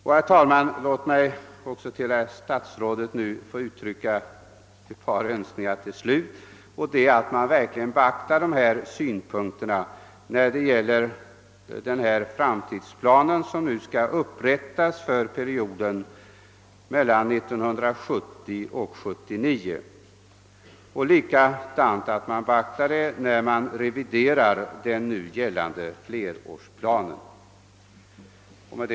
Jag uttrycker det önskemålet, herr statsråd, att dessa synpunkter verkligen beaktas när det gäller den långtidsplan som nu upprättas för perioden 1970— 1979 liksom när den gällande flerårsplanen revideras.